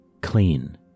Clean